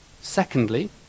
Secondly